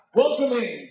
welcoming